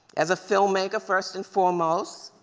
as a filmmaker, first and foremost,